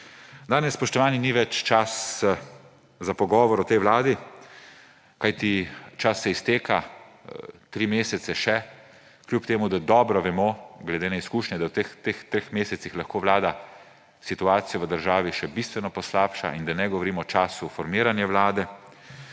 Danes, spoštovani, ni več časa za pogovor o tej vladi, kajti čas se izteka, 3 mesece še, čeprav dobro vemo glede na izkušnje, da v teh treh mesecih lahko vlada situacijo v državi še bistveno poslabša in da ne govorim o času formiranja vlade.